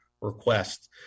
request